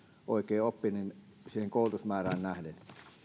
oikeaoppinen siihen koulutusmäärään nähden